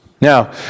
Now